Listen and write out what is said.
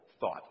thought